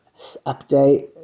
update